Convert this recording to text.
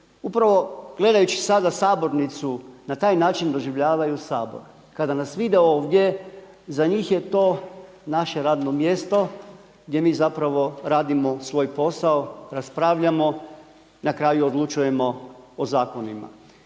upravo gledajući sada sabornicu na taj način doživljavaju Sabor. Kada nas vide ovdje, za njih je to naše radno mjesto gdje mi zapravo radimo svoj posao, raspravljamo, na kraju odlučujemo o zakonima.